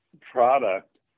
product